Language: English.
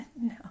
no